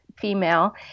female